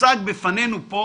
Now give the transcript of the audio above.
מוצג בפנינו פה